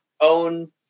own